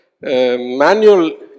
manual